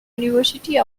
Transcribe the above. university